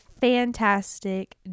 fantastic